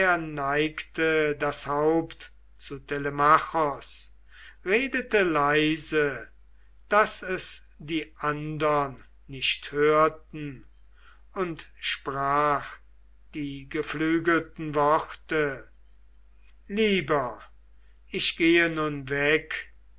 neigte das haupt zu telemachos redete leise daß es die andern nicht hörten und sprach die geflügelten worte lieber ich gehe nun weg